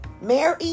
Mary